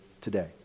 today